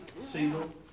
single